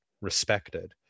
respected